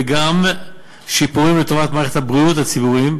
וגם שיפורים לטובת מערכת הבריאות הציבורית,